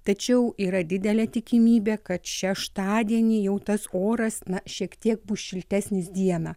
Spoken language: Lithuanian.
tačiau yra didelė tikimybė kad šeštadienį jau tas oras na šiek tiek bus šiltesnis dieną